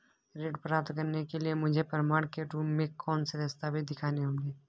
ऋण प्राप्त करने के लिए मुझे प्रमाण के रूप में कौन से दस्तावेज़ दिखाने होंगे?